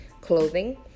clothing